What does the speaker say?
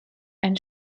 ein